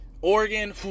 Oregon